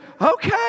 okay